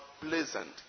pleasant